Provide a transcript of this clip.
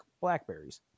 blackberries